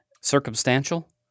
circumstantial